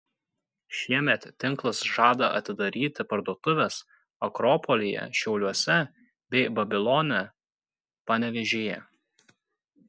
šiemet tinklas žada atidaryti parduotuves akropolyje šiauliuose bei babilone panevėžyje